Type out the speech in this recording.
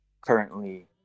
currently